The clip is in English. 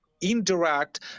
indirect